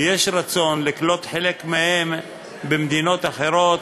ויש רצון לקלוט חלק מהם במדינות אחרות,